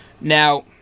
Now